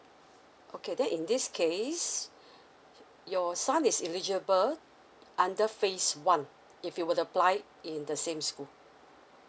okay then in this case your son is eligible under phase one if you would apply in the same school